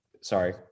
Sorry